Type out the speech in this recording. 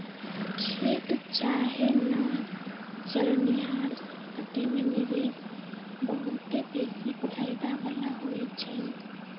खेत चाहे न चलनिहार संपत्ति में निवेश बहुते बेशी फयदा बला होइ छइ